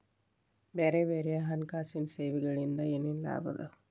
ಬ್ಯಾರೆ ಬ್ಯಾರೆ ಹಣ್ಕಾಸಿನ್ ಸೆವೆಗೊಳಿಂದಾ ಏನೇನ್ ಲಾಭವ?